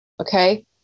Okay